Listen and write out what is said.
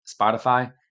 Spotify